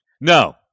No